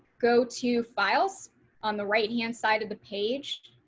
go to files on the right hand side of the page,